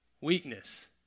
Weakness